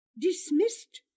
dismissed